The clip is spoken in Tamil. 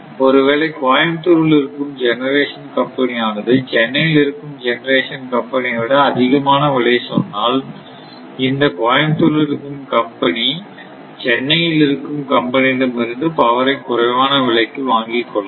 ஒருவேளை கோயம்புத்தூரில் இருக்கும் ஜெனரேஷன் கம்பெனி ஆனது சென்னையில் இருக்கும் ஜெனரேஷன் கம்பெனியை விட அதிகமான விலை சொன்னால் இந்த கோயம்புத்தூரில் இருக்கும் கம்பெனி சென்னையில் இருக்கும் கம்பெனியிடம் இருந்து பவரை குறைவான விலைக்கு வாங்கிக்கொள்ளலாம்